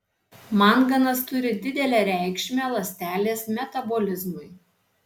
manganas turi didelę reikšmę ląstelės metabolizmui